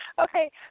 Okay